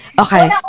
Okay